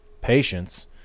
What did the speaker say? patience